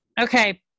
Okay